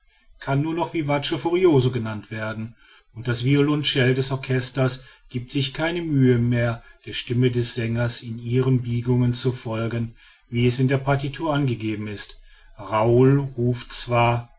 kann nur noch ein vivace furioso genannt werden und das violoncell des orchesters giebt sich keine mühe mehr der stimme des sängers in ihren biegungen zu folgen wie es in der partitur angegeben ist raoul ruft zwar